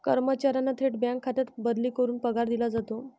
कर्मचाऱ्यांना थेट बँक खात्यात बदली करून पगार दिला जातो